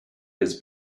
his